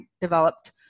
developed